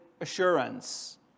assurance